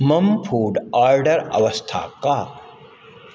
मम food order अवस्था का